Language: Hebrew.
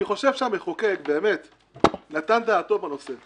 אני חושב שהמחוקק נתן דעתו בנושא.